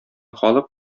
халык